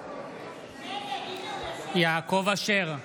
יעקב אשר,